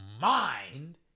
mind